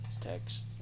text